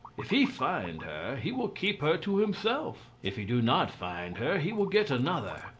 if he find her, he will keep her to himself if he do not find her he will get another.